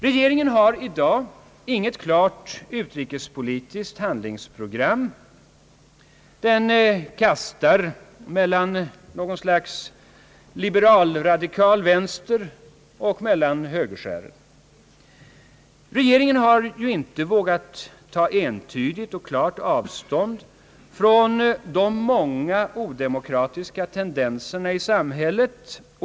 Regeringen har i dag inget klart utrikespolitiskt handlingsprogram. Den kastar mellan ett slags liberal-radikala vänsterskär och högerskär. Regeringen har inte från början vågat ta entydigt och klart avstånd från de nya odemokratiska tendenserna i samhället.